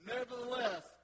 Nevertheless